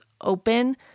open